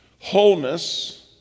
wholeness